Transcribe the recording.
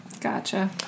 Gotcha